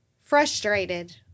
frustrated